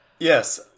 Yes